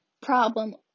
problem